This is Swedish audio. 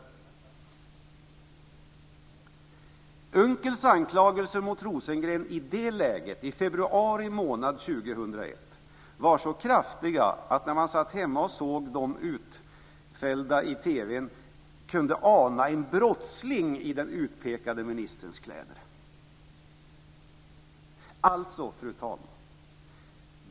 Unckels anklagelser mot Rosengren i det läget, i februari månad 2001, var så kraftiga att man, när man satt hemma och såg dem i TV:n, kunde ana en brottsling i den utpekade ministerns kläder. Fru talman!